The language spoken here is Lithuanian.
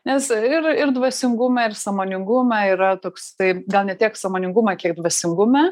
nes ir ir dvasingume ir sąmoningume yra toks tai gal ne tiek sąmoningume kiek dvasingume